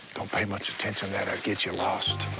don't pay much attention. that'll get you lost.